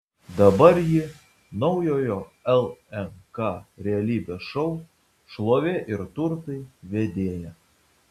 dabar ji naujojo lnk realybės šou šlovė ir turtai vedėja